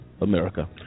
America